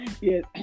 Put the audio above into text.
Yes